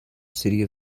city